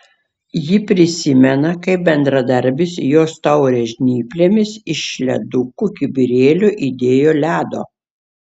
ji prisimena kaip bendradarbis į jos taurę žnyplėmis iš ledukų kibirėlio įdėjo ledo